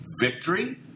victory